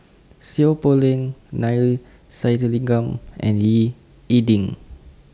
Seow Poh Leng Neila Sathyalingam and Ying E Ding